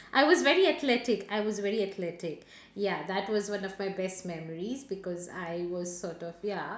I was very athletic I was very athletic ya that was one of my best memories because I was sort of ya